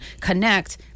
connect